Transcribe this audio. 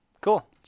Cool